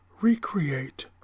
recreate